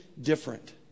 different